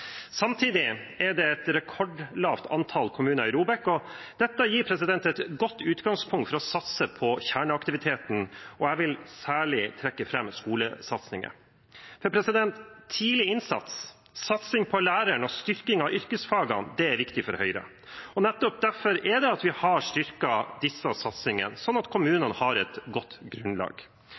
Samtidig er det et rekordlavt antall kommuner i ROBEK. Dette gir et godt utgangspunkt for å satse på kjerneaktiviteten, og jeg vil særlig trekke fram skolesatsingen. Tidlig innsats, satsing på læreren og styrking av yrkesfagene er viktig for Høyre. Nettopp derfor har vi styrket disse satsingene, sånn at kommunene har et godt grunnlag.